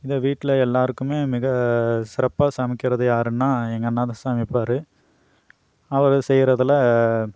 இதே வீட்டில எல்லாருக்குமே மிக சிறப்பாக சமைக்கிறது யாருன்னா எங்கள் அண்ணா தான் சமைப்பார் அவரு செய்யறதில்